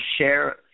share